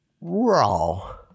Raw